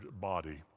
body